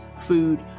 food